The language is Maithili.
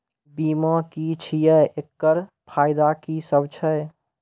बीमा की छियै? एकरऽ फायदा की सब छै?